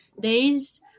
days